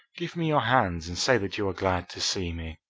give me your hands and say that you are glad to see me.